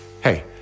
Hey